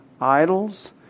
idols